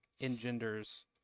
engenders